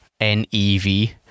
N-E-V